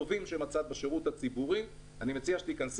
במחשב?